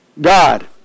God